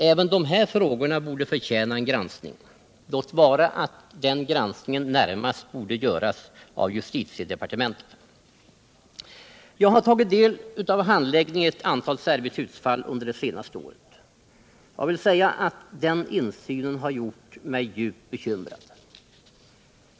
Även dessa frågor borde förtjäna en granskning; låt vara att den granskningen närmast borde göras av justitiedepartementet. Jag har tagit del av handläggningen i ett antal servitutsfall under det senaste året. och jag vill säga att den insynen har gjort mig djupt bekymrad.